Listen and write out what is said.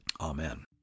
Amen